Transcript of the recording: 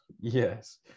Yes